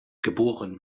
geboren